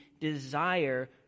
desire